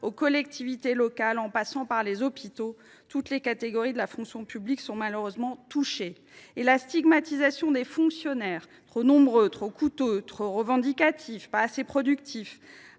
aux collectivités, en passant par les hôpitaux, toutes les catégories de la fonction publique sont malheureusement touchées. La stigmatisation des fonctionnaires – ils seraient trop nombreux, trop coûteux, trop revendicatifs, pas assez productifs…